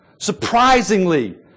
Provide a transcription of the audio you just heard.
Surprisingly